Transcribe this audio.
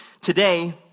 Today